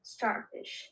Starfish